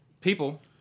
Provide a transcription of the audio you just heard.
people